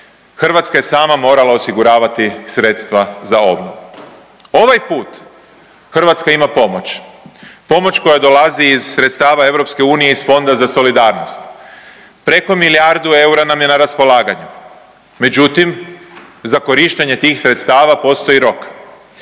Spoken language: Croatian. Hrvatska je sama morala osiguravati sredstva za obnovu. Ovaj put Hrvatska ima pomoć, pomoć koja dolazi iz sredstava EU iz Fonda za solidarnost, preko milijardu eura nam je na raspolaganju, međutim za korištenje tih sredstava postoji rok,